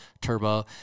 turbo